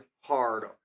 hard